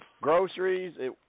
groceries